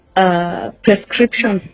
Prescription